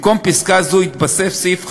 במקום פסקה זו יתווסף סעיף חדש,